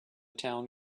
town